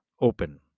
open